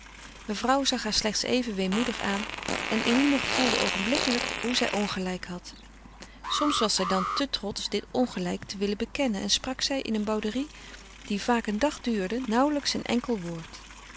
mevrouw zag haar slechts even weemoedig aan en eline gevoelde oogenblikkelijk hoe zij ongelijk had soms was zij dan te trotsch dit ongelijk te willen bekennen en sprak zij in een bouderie die vaak een dag duurde nauwelijks een enkel woord